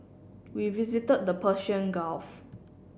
we visited the Persian Gulf